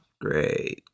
Great